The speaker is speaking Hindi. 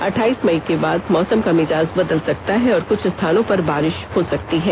अठाइस मई के बाद मौसम का मिजाज बदल सकता है और कुछ स्थानों पर बारिष हो सकती है